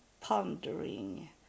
pondering